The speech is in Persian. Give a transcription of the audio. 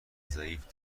ضعیف